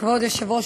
כבוד היושב-ראש,